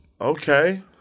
Okay